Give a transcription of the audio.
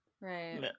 Right